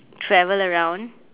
travel around